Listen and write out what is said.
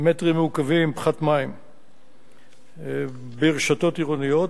פחת מים ברשתות עירוניות.